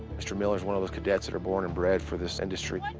mr. miller's one of those cadets that are born and bred for this industry.